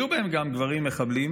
היו בהם גם גברים מחבלים,